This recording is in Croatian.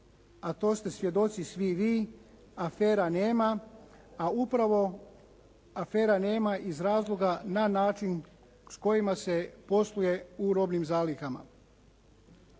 a to ste svjedoci svi vi, afera nema, a upravo afera nema iz razloga na način s kojima se posluje u robnim zalihama.